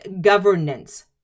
governance